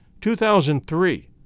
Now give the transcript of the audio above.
2003